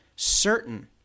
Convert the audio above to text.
certain